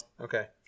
Okay